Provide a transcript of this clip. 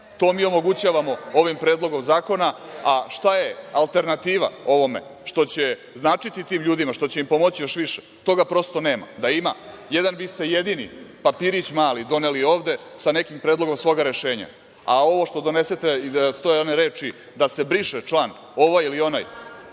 To mi omogućavamo ovim Predlogom zakona, a šta je alternativa ovome što će značiti tim ljudima, što će im pomoći još više? Toga prosto nema. Da ima, jedan biste jedini papirić mali doneli ovde sa nekim predlogom svog rešenja, a ovo što donesete i da stoje one reči da se briše član ovaj ili onaj,